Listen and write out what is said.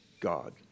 God